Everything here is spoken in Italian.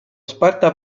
sparta